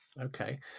Okay